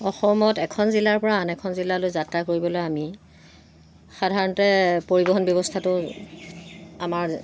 অসমত এখন জিলাৰ পৰা আন এখন জিলালৈ যাত্ৰা কৰিবলৈ আমি সাধাৰণতে পৰিৱহণ ব্যৱস্থাটো আমাৰ